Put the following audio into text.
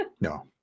No